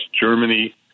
Germany